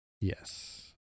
Yes